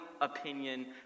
opinion